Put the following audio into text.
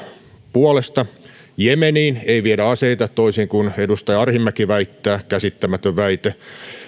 puolesta jemeniin ei viedä aseita toisin kuin edustaja arhinmäki väittää käsittämätön väite